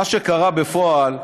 מה שקרה בפועל,